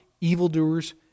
evildoers